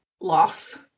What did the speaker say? loss